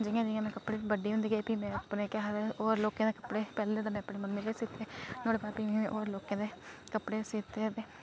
ते जियां जियां में बड्डी होंदी गेई ते में अपने ते होर लोकें दे कपड़े पैह्लें ते में अपनी मम्मी दे सीते ते भी ओह्दे बाद होर लोकें दे कपड़े सीते ते